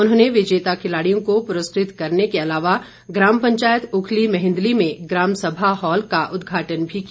उन्होंने विजेता खिलाड़ियों को पुरस्कृत करने के अलावा ग्राम पंचायत उखली मेहंदली में ग्राम सभा हॉल का उद्घाटन भी किया